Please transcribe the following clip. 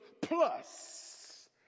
plus